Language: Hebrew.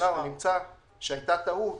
או נמצא שהייתה טעות